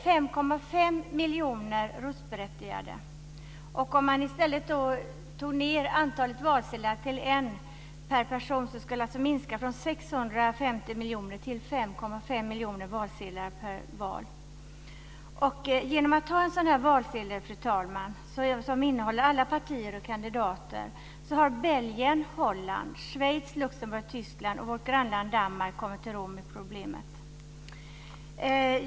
Fru talman! Genom att ha en sådan här valsedel med alla partier och kandidater har Belgien, Holland, Schweiz, Luxemburg, Tyskland och vårt grannland Danmark kommit till rätta med problemet.